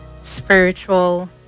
spiritual